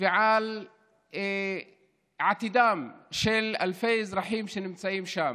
ועל עתידם של אלפי אזרחים שנמצאים שם.